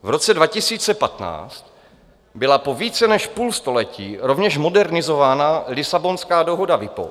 V roce 2015 byla po více než půl století rovněž modernizována Lisabonská dohoda WIPO.